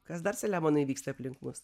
kas dar saliamonai vyksta aplink mus